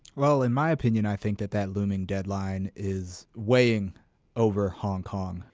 well, in my opinion, i think that that looming deadline is weighing over hong kong.